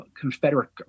Confederate